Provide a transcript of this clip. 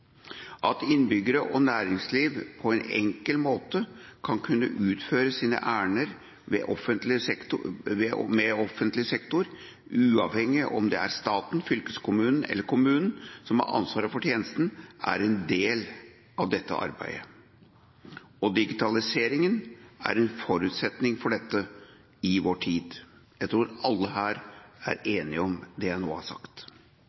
At innbyggere og næringsliv på en enkel måte skal kunne utføre sine ærender hos offentlig sektor, uavhengig av om det er staten, fylkeskommunen eller kommunen som har ansvaret for tjenesten, er en del av dette arbeidet. Digitalisering er en forutsetning for dette i vår tid. Jeg tror alle her er enig i det jeg nå har sagt.